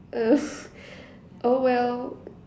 um oh well